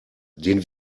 den